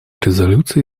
резолюции